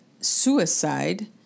suicide